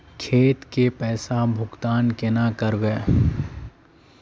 खेत के पैसा भुगतान केना करबे?